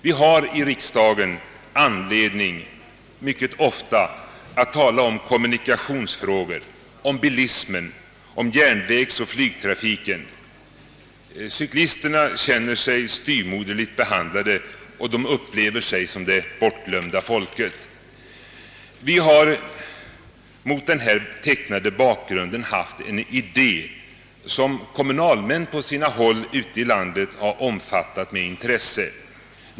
Vi har i riksdagen mycket ofta anledning att tala om kommunikationsfrågor, om bilismen, om järnvägsoch flygtrafiken. Cyklisterna känner sig styvmoderligt behandlade, och de upplever sig som det bortglömda folket. Vi har mot denna bakgrund haft en idé, som kommunalmän på sina håll har omfattat med stort intresse.